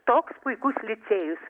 toks puikus licėjus